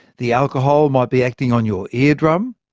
the alcohol might be acting on your ear drum,